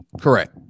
correct